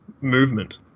movement